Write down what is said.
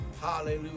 Hallelujah